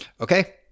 Okay